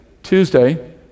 Tuesday